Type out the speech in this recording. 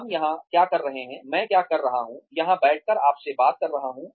हम यहां क्या कर रहे हैं मैं क्या कर रहा हूँ यहां बैठकर आपसे बात कर रहा हूँ